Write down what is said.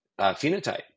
phenotype